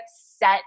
set